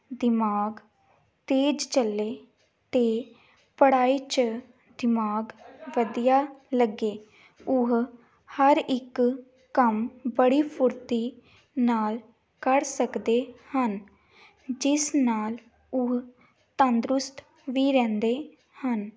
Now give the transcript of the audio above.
ਦਿਮਾਗ ਤੇਜ਼ ਚੱਲੇ ਅਤੇ ਪੜ੍ਹਾਈ 'ਚ ਦਿਮਾਗ ਵਧੀਆ ਲੱਗੇ ਉਹ ਹਰ ਇੱਕ ਕੰਮ ਬੜੀ ਫੁਰਤੀ ਨਾਲ ਕਰ ਸਕਦੇ ਹਨ ਜਿਸ ਨਾਲ ਉਹ ਤੰਦਰੁਸਤ ਵੀ ਰਹਿੰਦੇ ਹਨ